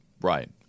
right